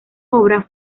obra